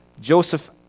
Joseph